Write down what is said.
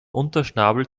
unterschnabel